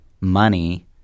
money